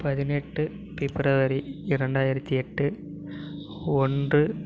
பதினெட்டு பிப்ரவரி இரண்டாயிரத்து எட்டு ஒன்று